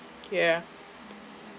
ya